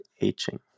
aging